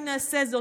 אם נעשה זאת,